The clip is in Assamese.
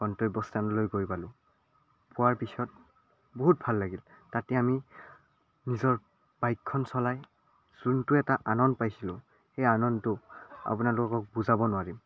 গন্তব্য স্থানলৈ গৈ পালোঁ পোৱাৰ পিছত বহুত ভাল লাগিল তাতে আমি নিজৰ বাইকখন চলাই যোনটো এটা আনন্দ পাইছিলো সেই আনন্দটো আপোনালোকক বুজাব নোৱাৰিম